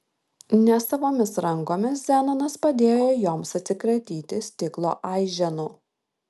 nesavomis rankomis zenonas padėjo joms atsikratyti stiklo aiženų